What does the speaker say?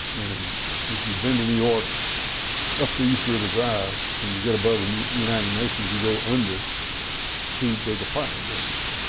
and and if you've been to new york up the east river drive when you get above and the united nations you go under two big apartment buildings.